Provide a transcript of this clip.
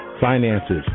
finances